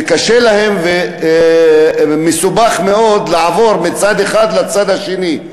וקשה להם ומסובך מאוד לעבור מצד אחד לצד השני.